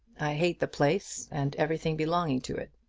i hate the place and everything belonging to it.